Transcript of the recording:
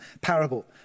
parable